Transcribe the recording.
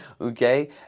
okay